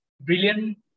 brilliant